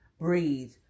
Breathe